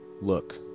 look